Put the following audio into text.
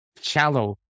shallow